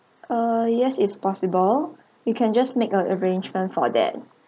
uh yes it's possible you can just make a arrangement for that